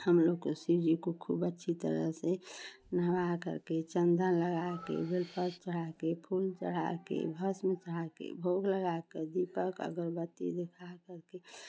हमलोग को शिवजी को खूब अच्छी तरह से नहबा करके चन्दन लगा कर बेलपत्र चढ़ा कर फूल चढ़ा कर भस्म चढ़ा कर भोग लगा कर धूप अगरबत्ती दिखा कर